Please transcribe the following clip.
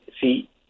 see